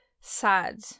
sad